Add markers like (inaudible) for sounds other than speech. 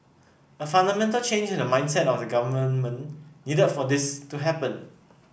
a fundamental change in the mindset of the government (unintelligible) needed for this to happen